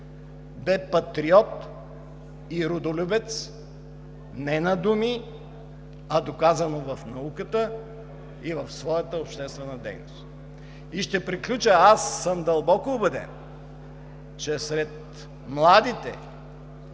бе патриот и родолюбец не на думи, а доказано в науката и в своята обществена дейност. И ще приключа – аз съм дълбоко убеден, че сред младите